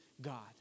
God